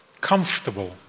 comfortable